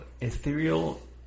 ethereal